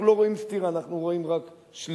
אנחנו לא רואים סתירה, אנחנו רואים רק שלמות.